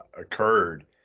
occurred